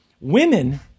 women